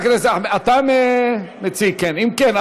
אם כן,